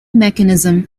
mechanism